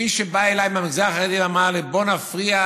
מישהו בא אליי מהמגזר החרדי ואמר לי: בוא נפריע,